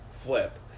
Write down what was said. flip